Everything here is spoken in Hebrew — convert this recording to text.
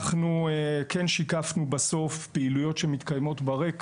אנחנו כן שיקפנו, בסוף, פעילויות שמתקיימות ברקע: